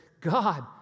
God